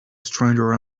stranger